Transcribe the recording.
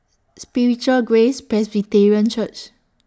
Spiritual Grace Presbyterian Church